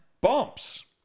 bumps